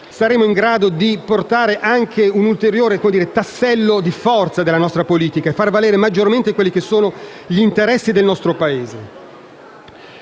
saremo in grado di portare un ulteriore tassello di forza nella nostra politica e di far valere maggiormente gli interessi del nostro Paese.